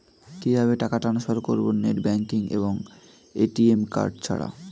কিভাবে টাকা টান্সফার করব নেট ব্যাংকিং এবং এ.টি.এম কার্ড ছাড়া?